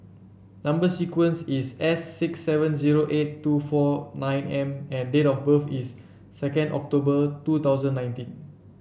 number sequence is S six seven zero eight two four nine M and date of birth is second October two thousand nineteen